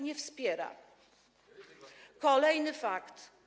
nie wspiera nas. Kolejny fakt.